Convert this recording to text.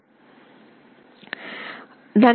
Thank you